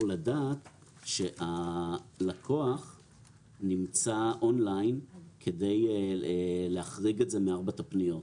לדעת שהלקוח נמצא און ליין כדי להחריג את זה מארבעת הפניות.